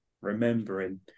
remembering